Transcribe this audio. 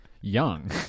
young